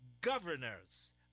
governors